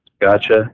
Gotcha